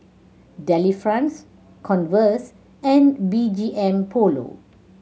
Delifrance Converse and B G M Polo